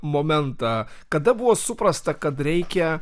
momentą kada buvo suprasta kad reikia